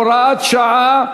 הוראת שעה),